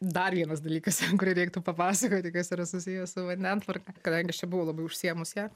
dar vienas dalykas kurį reiktų papasakoti kas yra susiję su vandentvarka kadangi aš čia buvau labai užsiėmus ja